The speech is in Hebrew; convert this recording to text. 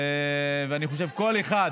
ואני חושב שכל אחד